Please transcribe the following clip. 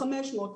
500,